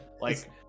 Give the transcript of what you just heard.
like-